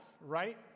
right